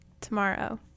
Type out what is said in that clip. tomorrow